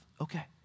okay